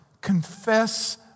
confess